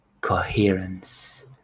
coherence